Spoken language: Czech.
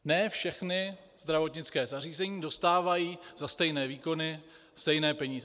Ne všechna zdravotnická zařízení dostávají za stejné výkony stejné peníze.